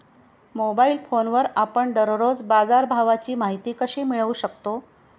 Mobile फोनवर आपण दररोज बाजारभावाची माहिती कशी मिळवू शकतो?